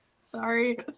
Sorry